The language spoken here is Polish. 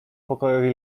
pokoju